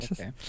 okay